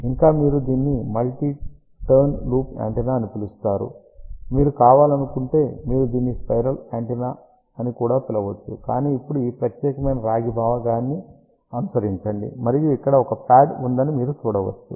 ఇంకా మీరు దీన్ని మల్టీ టర్న్ లూప్ యాంటెన్నా అని పిలుస్తారు మీరు కావాలనుకుంటే మీరు దీనిని స్పైరల్ యాంటెన్నా అని కూడా పిలువవచ్చు కానీ ఇప్పుడు ఈ ప్రత్యేకమైన రాగి భాగాన్ని అనుసరించండి మరియు ఇక్కడ ఒక ప్యాడ్ ఉందని మీరు చూడవచ్చు